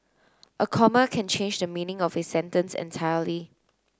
a comma can change the meaning of a sentence entirely